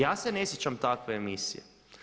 Ja se ne sjećam takve emisije.